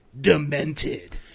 demented